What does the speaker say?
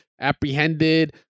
apprehended